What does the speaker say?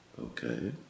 Okay